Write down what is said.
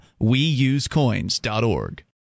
Weusecoins.org